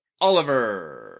Oliver